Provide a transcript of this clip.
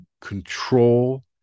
control